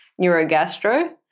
neurogastro